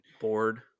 board